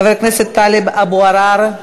חבר הכנסת טלב אבו עראר,